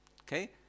Okay